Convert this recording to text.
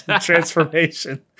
transformation